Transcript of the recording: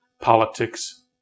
Politics